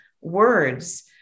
words